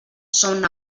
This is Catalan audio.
són